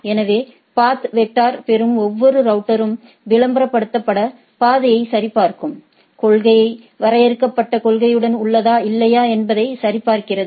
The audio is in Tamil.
எனவே பாத் வெக்டர் பெறும் ஒவ்வொரு ரவுட்டரும் விளம்பரப்படுத்தப்பட்ட பாதையை சரிபார்க்கும் கொள்கை வரையறுக்கப்பட்ட கொள்கையுடன் உள்ளதா இல்லையா என்பதை சரிபார்க்கிறது